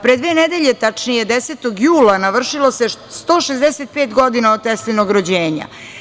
Pre dve nedelje, tačnije 10. jula, navršilo se 165 godina od Teslinog rođenja.